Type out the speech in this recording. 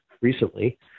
recently